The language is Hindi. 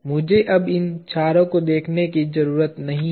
मुझे अब इन चारों को देखने की जरूरत नहीं है